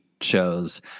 shows